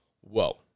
Whoa